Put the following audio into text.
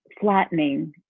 flattening